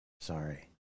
Sorry